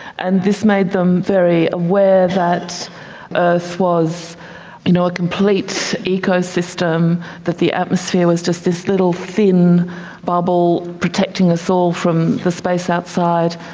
and this made them very aware that earth was you know a complete ecosystem, that the atmosphere was just this little thin bubble protecting us all from the space outside,